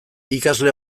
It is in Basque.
ikasle